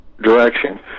direction